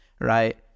Right